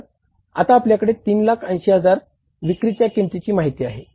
तर आता आपल्याकडे 3 लाख 80 हजार विक्रीच्या किंमतीची माहिती आहे